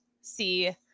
see